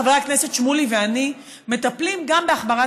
חבר הכנסת שמולי ואני מטפלים גם בהחמרת